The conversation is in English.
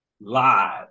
live